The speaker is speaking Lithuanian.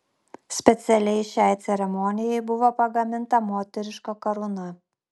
specialiai šiai ceremonijai buvo pagaminta moteriška karūna